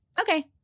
Okay